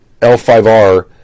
L5R